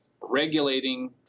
regulating